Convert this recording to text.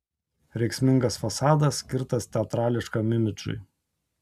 rėksmingas fasadas skirtas teatrališkam imidžui